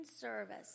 Service